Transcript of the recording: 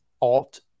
Alt